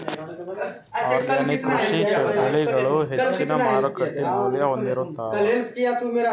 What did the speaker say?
organic ಕೃಷಿ ಬೆಳಿಗಳು ಹೆಚ್ಚಿನ್ ಮಾರುಕಟ್ಟಿ ಮೌಲ್ಯ ಹೊಂದಿರುತ್ತಾವ